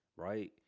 Right